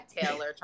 Taylor